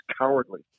cowardly